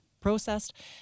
processed